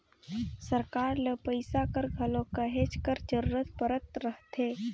सरकार ल पइसा कर घलो कहेच कर जरूरत परत रहथे